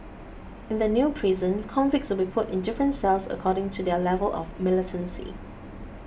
in the new prison convicts will be put in different cells according to their level of militancy